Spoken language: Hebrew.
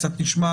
קצת נשמע